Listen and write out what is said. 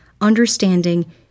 understanding